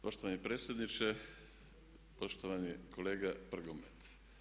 Poštovani predsjedniče, poštovani kolega Prgomet.